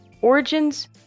origins